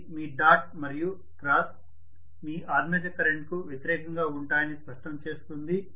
అది మీ డాట్ మరియు క్రాస్ మీ ఆర్మేచర్ కరెంట్కు వ్యతిరేకంగా ఉంటాయని స్పష్టం చేస్తుంది